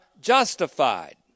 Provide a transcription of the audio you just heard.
justified